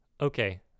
Okay